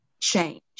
change